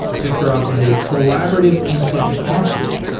victorops is a collaborative incident response tool,